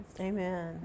Amen